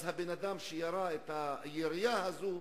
אז האדם שירה את הירייה הזו,